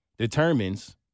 Determines